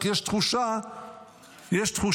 רק יש תחושה שהלב,